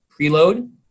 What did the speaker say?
preload